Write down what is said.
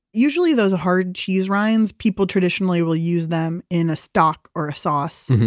usually those hard cheese rinds, people traditionally will use them in a stock or a sauce.